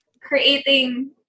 creating